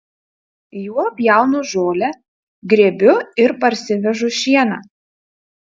juo pjaunu žolę grėbiu ir parsivežu šieną